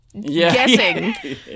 guessing